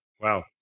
Wow